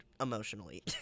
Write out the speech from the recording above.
emotionally